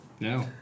No